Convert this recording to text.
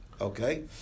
okay